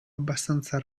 abbastanza